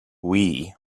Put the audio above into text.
wii